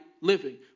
living